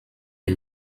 les